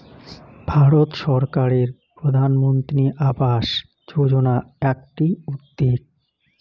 ভারত সরকারের প্রধানমন্ত্রী আবাস যোজনা আকটি উদ্যেগ